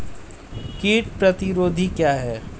कीट प्रतिरोधी क्या है?